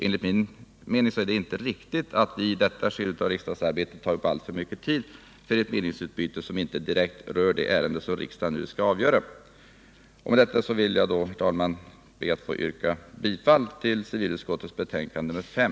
Enligt min mening är det inte riktigt att i detta skede av riksdagsarbetet ta upp alltför mycket tid för ett meningsutbyte som inte direkt rör det ärende som riksdagen nu skall avgöra. Med detta vill jag, herr talman, be att få yrka bifall till hemställan i civilutskottets betänkande nr 5.